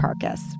carcass